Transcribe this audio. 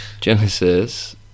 Genesis